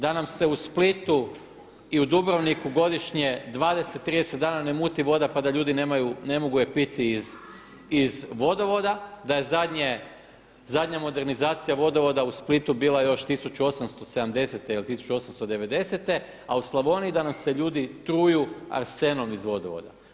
Da nam se u Splitu i u Dubrovniku godišnje 20, 30 dana ne muti voda pa da ljudi ne mogu je piti iz vodovoda, da je zadnja modernizacija vodovoda u Splitu bila još 1870. ili 1890. a u Slavoniji da nam se ljudi truju arsenom iz vodovoda.